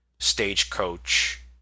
stagecoach